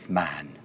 man